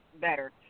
better